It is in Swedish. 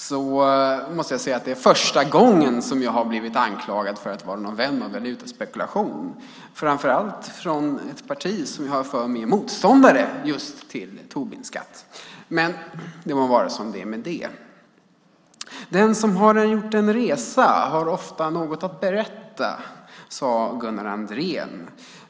Jag måste säga att det är första gången jag har blivit anklagad för att vara vän av valutaspekulation, framför allt från ett parti som jag har för mig är motståndare till just Tobinskatt. Det må dock vara som det är med det. Den som har gjort en resa har ofta något att berätta, sade Gunnar Andrén.